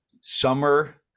summer